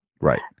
Right